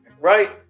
right